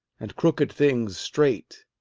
and crooked things straight.